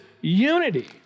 unity